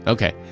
Okay